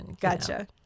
Gotcha